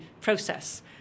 process